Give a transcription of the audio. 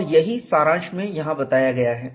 और यही सारांश यहां बताया गया है